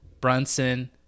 Brunson